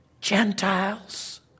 Gentiles